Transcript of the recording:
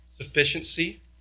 Sufficiency